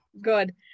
good